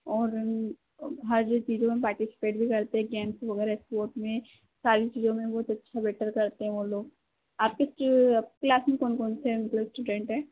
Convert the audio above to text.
और हर चीज़ में पार्टिसिपैट भी करते है गेम्स वग़ैरह स्पोर्ट में सारी चीज़ों में बहुत अच्छा बेटर करते हैं वे लोग आपकी आपकी क्लास में कौन कौन से स्टूडेंट हैं